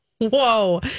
Whoa